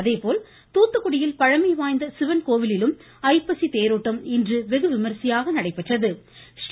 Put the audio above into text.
அதேபோல் தூத்துக்குடியில் பழமை வாய்ந்த சிவன் கோவிலிலும் ஐப்பசி தேரோட்டம் இன்று வெகு விமரிசையாக நடைபெற்றது